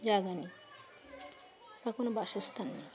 জায়গ নাই বা কোন বাসস্থান নাই